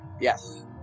Yes